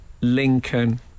Lincoln